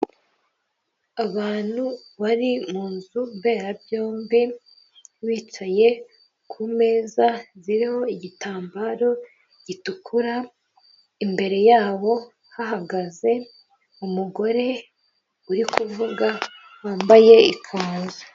Abantu bari mu nzu mberabyombi, bicaye kumeza ziriho igitambaro gitukura imbere yabo hahagaze umugore uri kuvuga wambaye ikanzu.